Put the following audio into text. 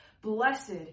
Blessed